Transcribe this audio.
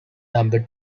number